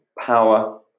power